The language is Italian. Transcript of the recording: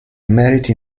meriti